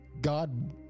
God